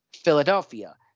Philadelphia